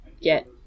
get